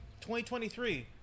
2023